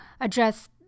address